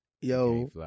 yo